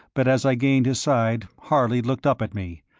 but as i gained his side harley looked up at me,